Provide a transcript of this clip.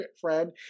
friend